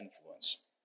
influence